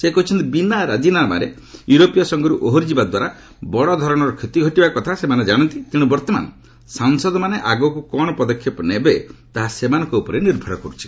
ସେ କହିଛନ୍ତି ବିନା ରାଜିନାମାରେ ୟୁରୋପୀୟ ସଂଘରୁ ଓହରିଯିବା ଦ୍ୱାରା ବଡ଼ ଧରଣର କ୍ଷତିଘଟିବା କଥା ସେ ଜାଶନ୍ତି ତେଣୁ ବର୍ତ୍ତମାନ ସାଂସଦମାନେ ଆଗକୁ କ'ଣ ପଦକ୍ଷେପ ନେବେ ତାହା ସେମାନଙ୍କ ଉପରେ ନିର୍ଭର କରୁଛି